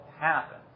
happen